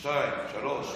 שתיים, שלוש.